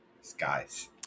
skies